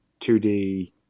2D